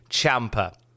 Champa